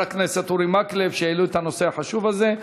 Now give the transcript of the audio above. הכנסת אורי מקלב שהעלו את הנושא החשוב הזה.